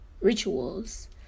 rituals